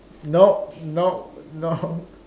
no no no